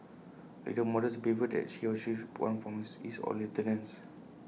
A leader models the behaviour that he or she should want from his his or lieutenants